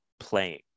playing